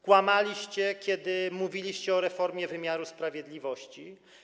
Kłamaliście, kiedy mówiliście o reformie wymiaru sprawiedliwości.